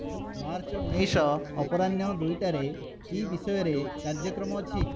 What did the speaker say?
March ଊଣେଈଶ ଅପରାହ୍ନ ଦୁଇଟାରେ କି ବିଷୟରେ କାର୍ଯ୍ୟକ୍ରମ ଅଛି